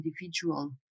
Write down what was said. individual